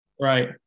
right